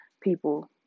people